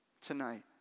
tonight